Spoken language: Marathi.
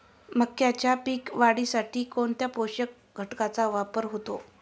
मक्याच्या पीक वाढीसाठी कोणत्या पोषक घटकांचे वापर होतो?